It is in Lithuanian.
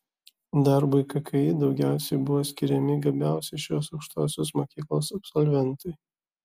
darbui kki daugiausiai buvo skiriami gabiausi šios aukštosios mokyklos absolventai